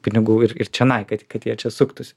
pinigų ir ir čionai kad kad jie čia suktųsi